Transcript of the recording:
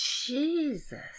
Jesus